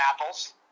apples